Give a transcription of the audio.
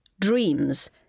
dreams